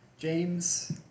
James